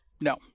No